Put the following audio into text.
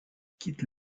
quitte